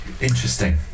Interesting